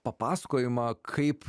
papasakojimą kaip